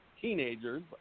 teenagers